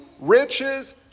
riches